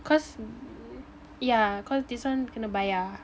cause yeah cause this one kena bayar